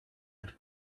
are